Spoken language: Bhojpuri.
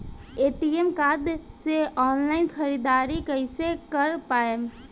ए.टी.एम कार्ड से ऑनलाइन ख़रीदारी कइसे कर पाएम?